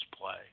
play